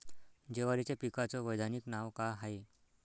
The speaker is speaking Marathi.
जवारीच्या पिकाचं वैधानिक नाव का हाये?